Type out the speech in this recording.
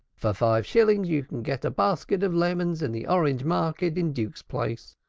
for five shillings you can get a basket of lemons in the orange market in duke's place,